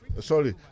sorry